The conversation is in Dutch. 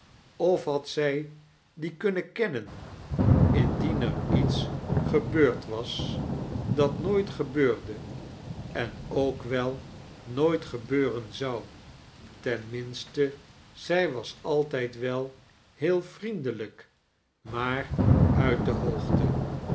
of had zq die kunnen keninen indien er iets gebeurd was dat nooit gebeurde en ook wel nooit gebeuren zou ten minste zg was altijd wel heel vriendelijk maar uit de hoogte